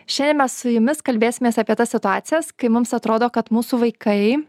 šiandien mes su jumis kalbėsimės apie tas situacijas kai mums atrodo kad mūsų vaikai